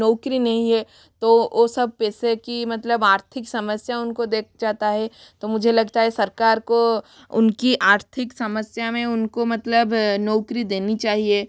नौकरी नहीं है तो वो सब पैसे की मतलब आर्थिक समस्या उनको देख जाता है तो मुझे लगता है सरकार को उनकी आर्थिक समस्या में उनको मतलब नौकरी देनी चाहिए